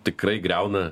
tikrai griauna